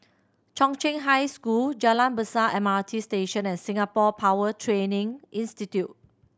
Chung Cheng High School Jalan Besar M R T Station and Singapore Power Training Institute